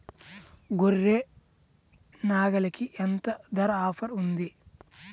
గొర్రె, నాగలికి ఎంత ధర ఆఫర్ ఉంది?